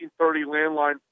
landline